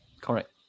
correct